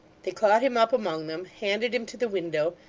they caught him up among them, handed him to the window,